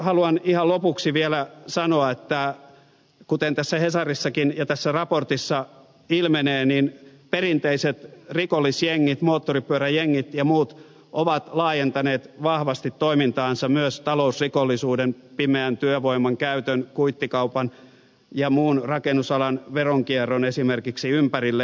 haluan ihan lopuksi vielä sanoa että kuten tässä hesarissakin ja tässä raportissa ilmenee niin perinteiset rikollisjengit moottoripyöräjengit ja muut ovat laajentaneet vahvasti toimintaansa myös talousrikollisuuden esimerkiksi pimeän työvoiman käytön kuittikaupan ja muun rakennusalan veronkierron ympärille